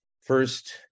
first